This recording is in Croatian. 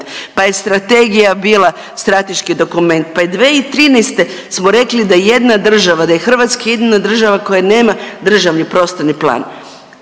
pa je strategija bila strateški dokument. Pa je 2013. smo rekli da jedna država, da je Hrvatska jedina država koja nema državni prostorni plan.